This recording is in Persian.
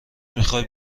میخوای